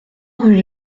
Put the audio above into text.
rue